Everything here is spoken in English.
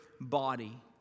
body